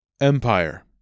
Empire